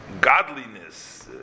godliness